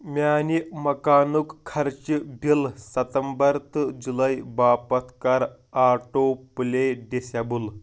میٛانہِ مکانُک خرچہٕ بِلہٕ سَتمبَر تہٕ جُلَے باپتھ کَر آٹو پٕلے ڈِسیبٕل